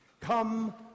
Come